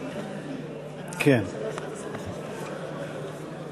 לסעיף 23 לא נתקבלה.